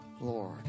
Lord